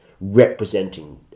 representing